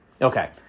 Okay